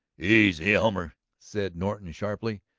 easy, elmer, said norton sharply.